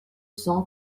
cent